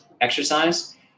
exercise